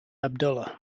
abdullah